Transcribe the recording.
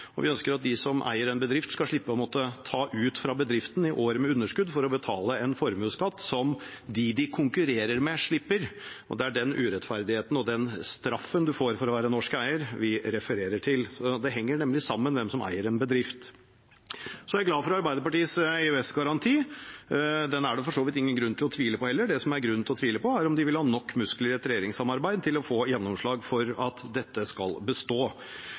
og vi ønsker at de som eier en bedrift, skal slippe å måtte ta ut fra bedriften i år med underskudd for å betale en formuesskatt som dem de konkurrerer med, slipper. Det er den urettferdigheten og den straffen man får for å være norsk eier, vi refererer til. Det henger nemlig sammen med hvem som eier en bedrift. Så er jeg glad for Arbeiderpartiets EØS-garanti. Den er det for så vidt heller ingen grunn til å tvile på. Det som er grunn til å tvile på, er om de vil ha store nok muskler i et regjeringssamarbeid til å få gjennomslag for at dette skal bestå.